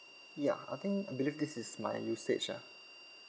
ya I think I believe this is my usage ah